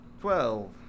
Twelve